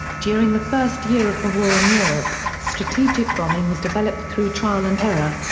during the first year of the war in europe, strategic bombing was developed through trial and error.